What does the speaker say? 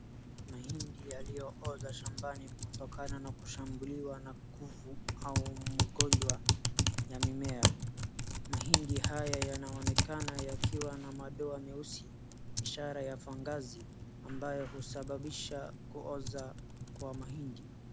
Mahindi yaliyooza shambani kutokana na kushambuliwa na kuvu au magonjwa ya mimea. Mahindi haya yanaonekana yakiwa na madoa meusi ishara ya fangasi ambaye husababisha kuoza kwa mahindi.